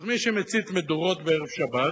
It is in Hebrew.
אז מי שמצית מדורות בערב שבת,